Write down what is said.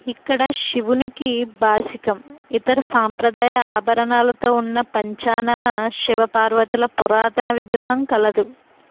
ఇక్కడ శివునికి బాసికం ఇతర సాంప్రదాయ ఆభరణాలతో ఉన్న పంచానన శివ పార్వతుల పురాతన విగ్రహం కలదు